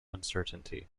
uncertainty